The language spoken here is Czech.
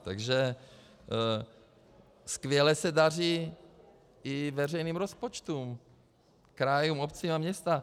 Takže skvěle se daří i veřejným rozpočtům krajů, obcí a měst.